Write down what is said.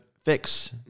fix